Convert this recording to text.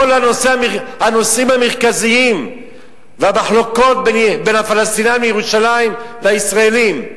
על כל הנושאים המרכזיים והמחלוקות בין הפלסטינים בירושלים לישראלים.